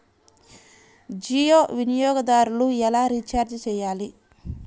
జియో వినియోగదారులు ఎలా రీఛార్జ్ చేయాలి?